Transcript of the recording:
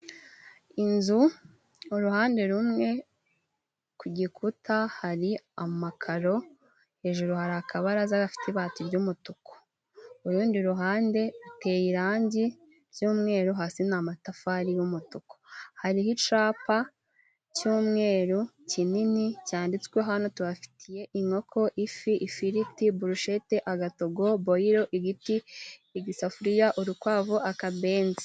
Inzu uruhande rumwe ku gikuta hari amakaro hejuru hari akabaraza gafite ibati ry'umutuku. Urundi ruhande ruteye irangi ry'umweru hasi ni amatafari y'umutuku. Hariho icyapa cy'umweru kinini cyanditsweho hano tubafitiye:inkoko, ifi, ifiriti, burushete, agatogo, boyilo, igiti, igisafuriya, urukwavu, akabenzi.